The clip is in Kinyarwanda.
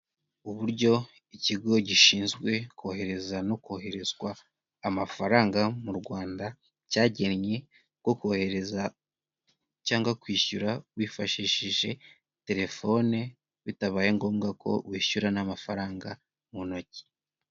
Uburyo ikigo gishinzwe kohereza no koherezwa amafaranga mu Rwanda cyagennye bwo kohereza cyangwa kwishyura wifashishije telefone bitabaye ngombwa ko wishyura n'amafaranga mu ntoki.